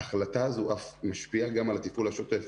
ההחלטה הזאת אף משפיעה גם על התפעול השוטף.